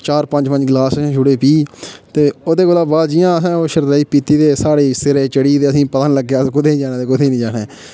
चार पंज पंज गलास असें छूड़े पीऽ ते ओह्दे कोला बाच जि'यां असें ओह् शरदई पीती ते साढ़े सिरै चढ़ी ते असें ई पता निं लग्गेआ कि कु'त्थें जाना ऐ ते कु'त्थें नेईं जाना ऐ